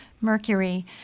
mercury